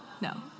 No